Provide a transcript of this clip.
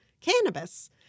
cannabis